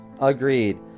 agreed